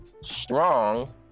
strong